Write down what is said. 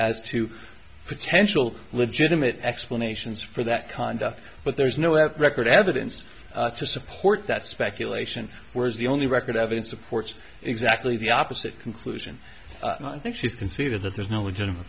as to potential legitimate explanations for that conduct but there's no at record evidence to support that speculation whereas the only record evidence supports exactly the opposite conclusion i think she's conceded that there's no